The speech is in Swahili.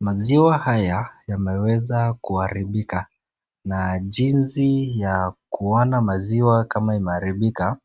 Maziwa haya yameweza kuharibika na jinsi ya kuona maziwa kama imeharibika